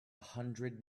hundred